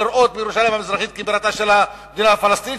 לראות בירושלים המזרחית את בירתה של המדינה הפלסטינית